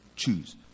choose